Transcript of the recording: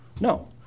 No